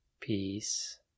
Peace